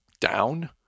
down